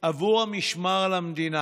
עבור המשמר על המדינה,